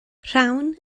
rhawn